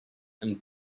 and